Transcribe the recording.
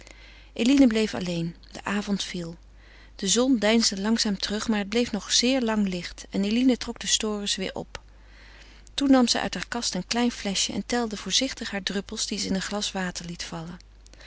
eline bleef alleen de avond viel de zon deinsde langzaam terug maar het bleef nog zeer lang licht en eline trok de stores weder op toen nam zij uit hare kast een klein fleschje en telde voorzichtig hare druppels die ze in een glas water liet vallen